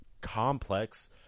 complex